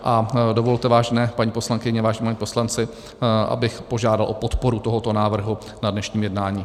A dovolte, vážené paní poslankyně, vážení páni poslanci, abych požádal o podporu tohoto návrhu na dnešním jednání.